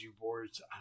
boards